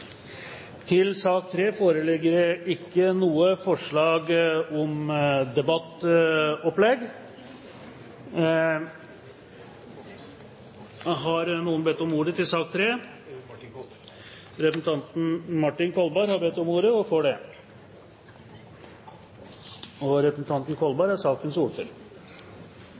til debattopplegg. Ber noen om ordet til sak nr. 3? – Representanten Martin Kolberg har bedt om ordet, og får det.